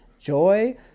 joy